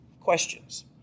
Questions